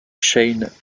shane